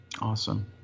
Awesome